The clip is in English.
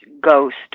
ghost